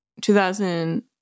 2000